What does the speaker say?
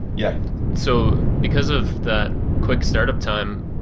yeah so because of that quick startup time,